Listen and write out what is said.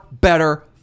better